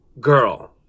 Girl